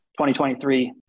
2023